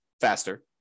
faster